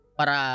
para